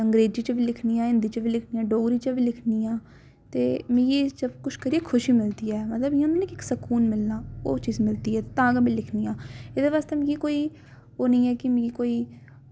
अंग्रेजी च बी लिखनी आं हिंदी च बी लिखनी आं डोगरी च बी लिखनी आं ते मिगी एह् सब कुछ करी खुशी मिलदी ऐ मतलब इ'यां होंदा कि इक सुकून मिलना ओह् चीज़ मिलदी ऐ ते तां गै में लिखनी आं एह्दे बास्तै मिगी कोई ओह् निं ऐ कि मिगी कोई